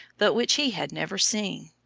but which he had never seen.